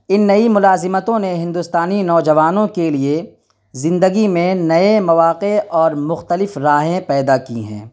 ان نئی ملازمتوں نے ہندوستانی نوجوانوں کے لیے زندگی میں نئے مواقع اور مختلف راہیں پیدا کی ہیں